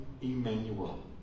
Emmanuel